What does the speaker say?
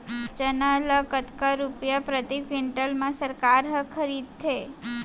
चना ल कतका रुपिया प्रति क्विंटल म सरकार ह खरीदथे?